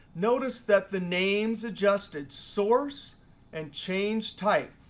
notice that the names adjusted source and change type.